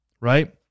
right